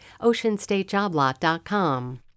OceanStateJobLot.com